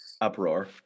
uproar